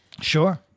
Sure